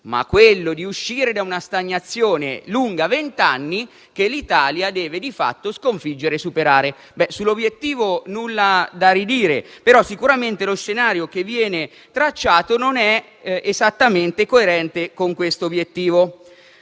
ma uscire da una stagnazione lunga vent'anni che l'Italia deve sconfiggere e superare. Sull'obiettivo nulla da ridire, però sicuramente lo scenario che viene tracciato non è esattamente coerente con tale obiettivo.